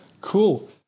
cool